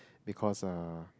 because uh